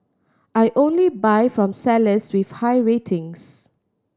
I only buy from sellers with high ratings